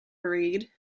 read